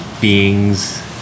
beings